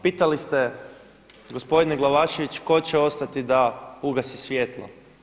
Pitali ste gospodine Glavašević tko će ostati da ugasi svjetlo.